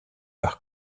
par